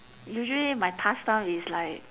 usually my pastime is like